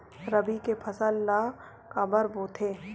रबी के फसल ला काबर बोथे?